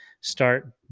start